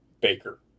baker